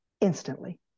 instantly